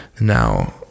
now